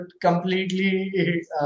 completely